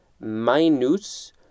Minus